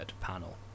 panel